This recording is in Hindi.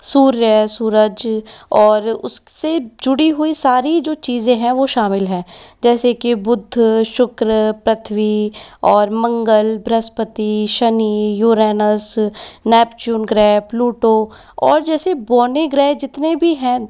सूर्य सूरज और उससे जुड़ी हुई सारी जो चीज़ें है वह शामिल है जैसे की बुध शुक्र पृथ्वी और मंगल ब्रहस्पति शनि यूरेनस नेपच्यून ग्रह प्लूटो और जैसे बौने ग्रह जितने भी हैं